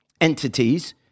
entities